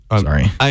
sorry